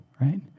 Right